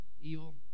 evil